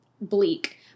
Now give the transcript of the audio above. bleak